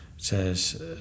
says